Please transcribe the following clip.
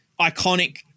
iconic